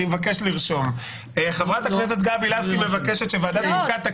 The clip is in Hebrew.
מבקש לרשום: חברת הכנסת גבי לסקי מבקשת שוועדת חוקה תקים